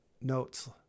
notes